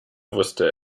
wusste